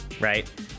right